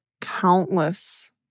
countless